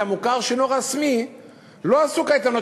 למוכר שאינו רשמי לא עשו קייטנות,